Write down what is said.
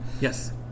Yes